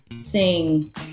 sing